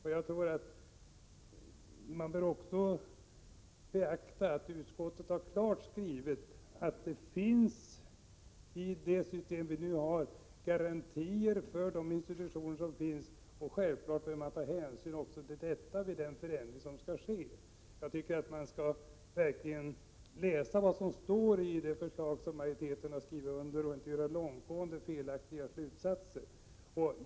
Utskottet har också klart skrivit att institutionerna med det nuvarande systemet har garantier, och hänsyn bör självfallet tas till detta vid den förändring som skall ske. Man bör verkligen läsa vad som står i utskottsmajoritetens förslag och inte dra långtgående felaktiga slutsatser.